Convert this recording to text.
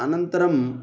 अनन्तरं